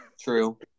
True